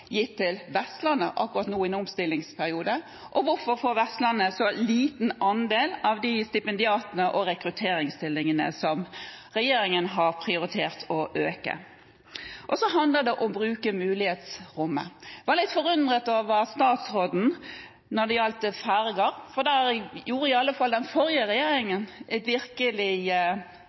Vestlandet en så liten andel av de stipendiatene og rekrutteringsstillingene som regjeringen har prioritert å øke? Dette handler om å bruke mulighetsrommet, og jeg er litt forundret over statsråden når det gjelder ferger, for der gjorde i alle fall den forrige